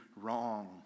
wrong